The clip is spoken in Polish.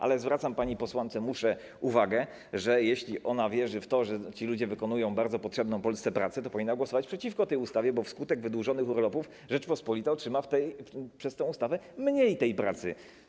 Ale zwracam pani posłance Musze uwagę, że jeśli ona wierzy w to, że ci ludzie wykonują bardzo potrzebną Polsce pracę, to powinna głosować przeciwko tej ustawie, bo wskutek wydłużonych urlopów Rzeczpospolita otrzyma przez tę ustawę mniej tej pracy.